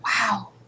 Wow